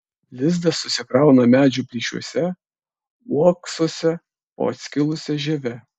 lizdą susikrauna medžių plyšiuose uoksuose po atskilusia žieve